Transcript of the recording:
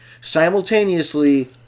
simultaneously